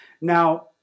Now